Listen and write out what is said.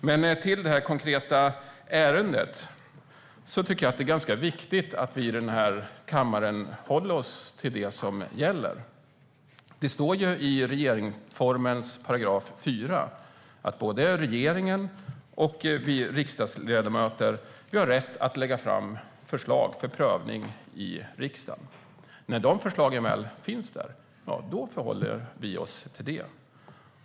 När det gäller det konkreta ärendet tycker jag att det är ganska viktigt att vi i den här kammaren håller oss till det som gäller. Det står ju i regeringsformens 4 kap. 4 § att både regeringen och vi riksdagsledamöter har rätt att lägga fram förslag för prövning i riksdagen. När de förslagen väl finns där förhåller vi oss till det.